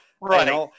Right